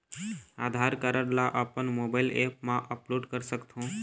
आधार card ला अपन mobile app मा अपलोड कर सकथों?